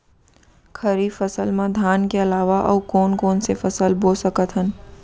खरीफ फसल मा धान के अलावा अऊ कोन कोन से फसल बो सकत हन?